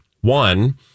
One